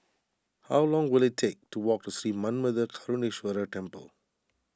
how long will it take to walk to Sri Manmatha Karuneshvarar Temple